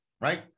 right